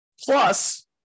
Plus